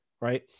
Right